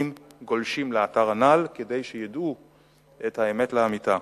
גולשים לאתר כנ"ל כדי שידעו את האמת לאמיתה.